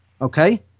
Okay